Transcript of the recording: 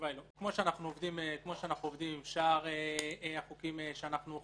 כמו שאנחנו עובדים עם שאר החוקים שאנחנו אוכפים.